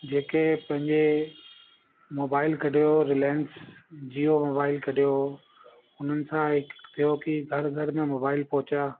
जेके पंहिंजे मोबाइल कढियो रिलायंस जीयो मोबाइल कढियो हुननि सां हिकु थियो की घर घर में मोबाइल पहुचा